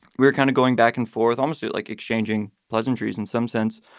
we were kind of going back and forth, almost like exchanging pleasantries in some sense.